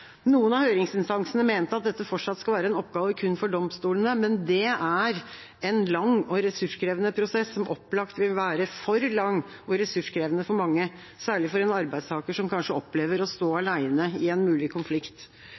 Noen av høringsinstansene mente at dette fortsatt skal være en oppgave kun for domstolene, men det er en lang og ressurskrevende prosess som opplagt vil være for lang og ressurskrevende for mange, særlig for en arbeidstaker som kanskje opplever å stå alene i en mulig konflikt.